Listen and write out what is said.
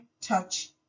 touch